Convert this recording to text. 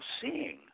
seeing